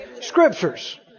Scriptures